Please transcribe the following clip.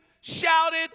shouted